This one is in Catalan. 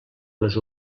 les